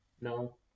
No